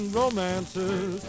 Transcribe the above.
romances